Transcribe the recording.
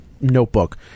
notebook